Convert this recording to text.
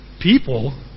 People